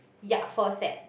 ya four sets